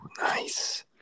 Nice